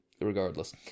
regardless